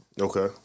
Okay